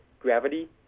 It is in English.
gravity